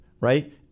Right